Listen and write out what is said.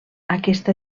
aquesta